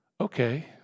okay